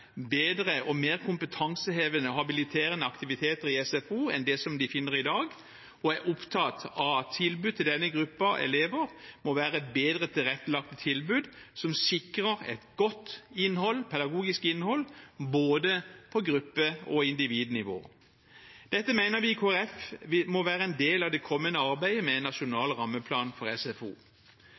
bedre og mer kompetansehevende og habiliterende aktiviteter i SFO enn det de finner i dag, og er opptatt av at tilbud til denne gruppen elever må være bedre tilrettelagte tilbud som sikrer et godt pedagogisk innhold på både gruppe- og individnivå. Dette mener vi i Kristelig Folkeparti må være en del av det kommende arbeidet med en nasjonal rammeplan for SFO.